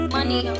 Money